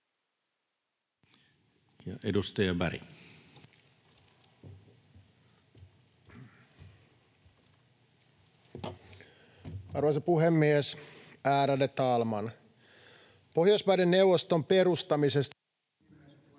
Edustaja Berg. Arvoisa puhemies, ärade talman! Pohjoismaiden neuvoston perustamisesta